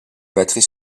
batteries